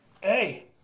Hey